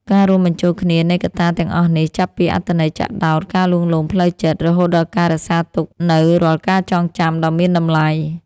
ការរួមបញ្ចូលគ្នានៃកត្តាទាំងអស់នេះ ចាប់ពីអត្ថន័យចាក់ដោត ការលួងលោមផ្លូវចិត្ត រហូតដល់ការរក្សាទុកនូវរាល់ការចងចាំដ៏មានតម្លៃ